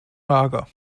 mager